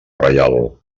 reial